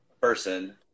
person